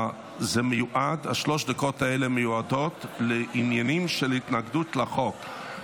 השלוש דקות האלה מיועדות לעניינים של התנגדות לחוק.